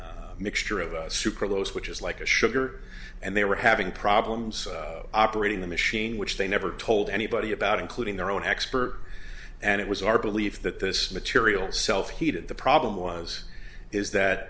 mixture of sucralose which is like a sugar and they were having problems operating the machine which they never told anybody about including their own expert and it was our belief that this material self heated the problem was is that